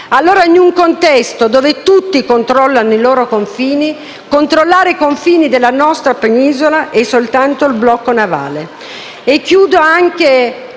scorsi. In un contesto in cui tutti controllano i propri confini, controllare i confini della nostra penisola significa soltanto il blocco navale.